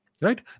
right